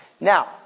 Now